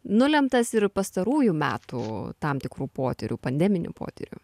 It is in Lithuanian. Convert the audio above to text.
nulemtas ir pastarųjų metų tam tikrų potyrių pandeminių potyrių